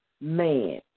man